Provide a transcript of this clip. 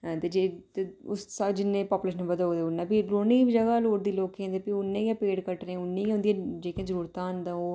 ते जिन्नी पापूलेशन बधग उन्ने भी ते बौह्ने बी जगह् लोड़चदी लोकें गी ते भी ओह् उन्ने गै पेड़ कट्टने उन्ने गै उं'दियां जेह्कियां जरूरतां न ता ओह्